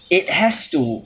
it has to